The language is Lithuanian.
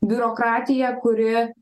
biurokratija kuri